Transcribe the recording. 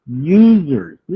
users